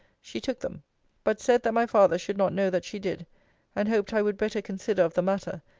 she took them but said, that my father should not know that she did and hoped i would better consider of the matter,